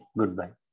goodbye